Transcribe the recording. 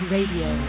Radio